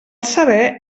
saber